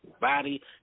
body